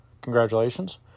Congratulations